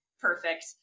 perfect